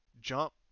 jump